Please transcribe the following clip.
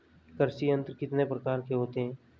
कृषि यंत्र कितने प्रकार के होते हैं?